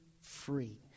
free